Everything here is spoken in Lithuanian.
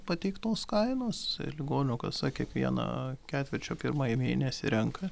pateiktos kainos ligonių kasa kiekvieną ketvirčio pirmąjį mėnesį renka